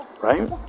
Right